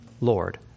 Lord